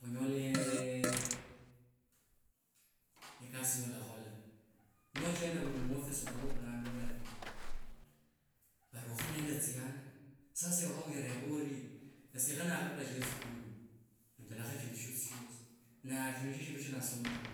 Khunyola eeeh ekasi yolakhola nochenda vuli mu ofisi olaulranga vari vari ukho nende tsyanga sasa kho wireva orii, esye kho nakhavula sheskulu embulakho e shindu shosi shosi na shino nisho shindu sha ndasomera